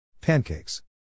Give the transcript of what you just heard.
Pancakes